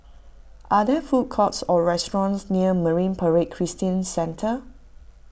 are there food courts or restaurants near Marine Parade Christian Centre